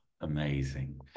amazing